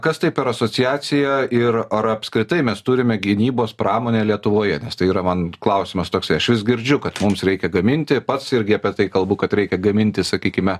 kas tai per asociacija ir ar apskritai mes turime gynybos pramonę lietuvoje nes tai yra man klausimas toksai aš vis girdžiu kad mums reikia gaminti pats irgi apie tai kalbu kad reikia gaminti sakykime